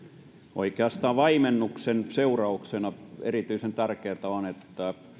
oikeastaan vaimennuksen seurauksena erityisen tärkeätä on että